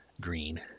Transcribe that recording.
green